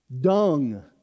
dung